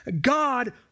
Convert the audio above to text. God